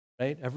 right